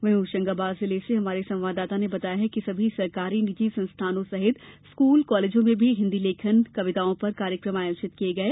वहीं होशंगाबाद जिले से हमारे संवाददाता ने बताया कि सभी सरकारी निजी संस्थानों सहित स्कूल कालेजों में भी हिन्दी लेखन कविताओं पर कार्यक्रम आयोजित किये गये